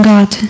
God